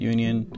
Union